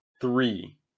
three